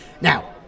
Now